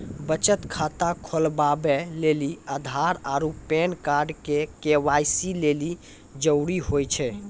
बचत खाता खोलबाबै लेली आधार आरू पैन कार्ड के.वाइ.सी लेली जरूरी होय छै